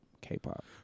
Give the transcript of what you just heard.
K-pop